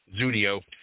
Zudio